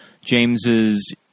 James's